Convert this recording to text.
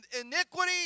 iniquity